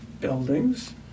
buildings